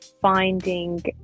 finding